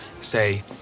Say